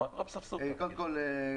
קודם כל,